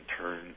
turn